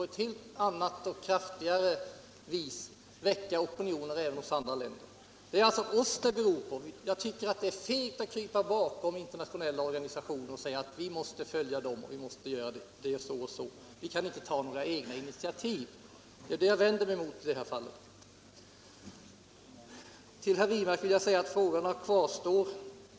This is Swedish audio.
Det är alltså oss det beror på. Jag tycker det är fegt att krypa bakom internationella organisationer och säga att vi måste följa dem och att vi inte kan ta några egna initiativ. Det är det jag vänder mig mot i det här fallet. Frågorna kvarstår, herr Wirmark.